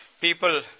people